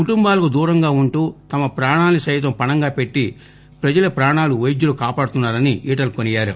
కుటుంబాలకు దూరంగా ఉంటూ తమ ప్రాణాల్ని సైతం పణంగా పెట్టి ప్రజల ప్రాణాలు వైద్యులు కాపాడుతున్నా రని ఈటల కొనియాడారు